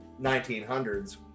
1900s